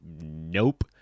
Nope